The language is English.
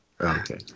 Okay